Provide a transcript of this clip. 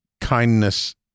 kindness